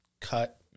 cut